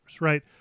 right